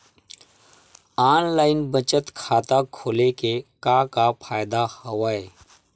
online बचत खाता खोले के का का फ़ायदा हवय